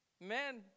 Man